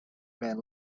man